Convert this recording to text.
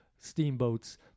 Steamboats